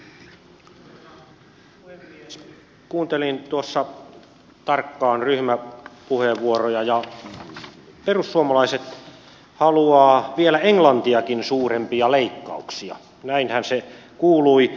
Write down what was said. kuuntelin tuossa tarkkaan ryhmäpuheenvuoroja ja perussuomalaiset haluavat vielä englantiakin suurempia leikkauksia näinhän se kuului